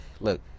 Look